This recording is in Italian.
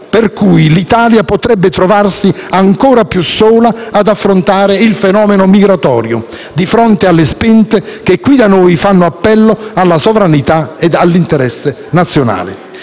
per cui l'Italia potrebbe trovarsi ancora più sola ad affrontare il fenomeno migratorio, di fronte alle spinte che anche qui da noi fanno appello alla sovranità e all'interesse nazionale.